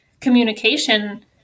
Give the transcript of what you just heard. communication